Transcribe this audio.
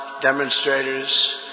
demonstrators